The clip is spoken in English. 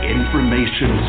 Information